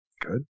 good